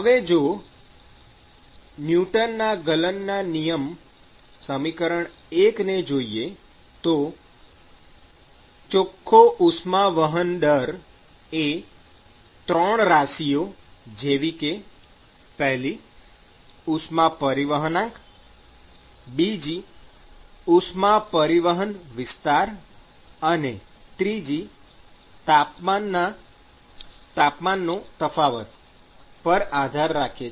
હવે જો ન્યુટનના ગલનના નિયમ સમીકરણ ૧ ને જોઈએ તો ચોખ્ખો ઉષ્મા વહન દર એ ૩ રાશિઓ જેવી કે ૧ ઉષ્મા પરિવહનાંક ૨ ઉષ્મા પરિવહન વિસ્તાર અને ૩ તાપમાનનો તફાવત પર આધાર રાખે છે